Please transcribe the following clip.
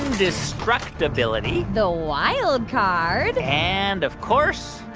indestructability the wild card and, of course.